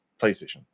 PlayStation